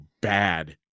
bad